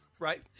Right